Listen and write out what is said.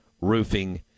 roofing